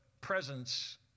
presence